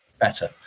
better